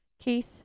Keith